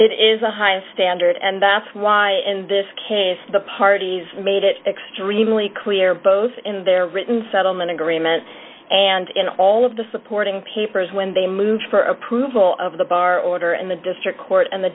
it is a high standard and that's why in this case the parties made it extremely clear both in their written settlement agreement and in all of the supporting papers when they moved for approval of the bar order and the district court and the